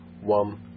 one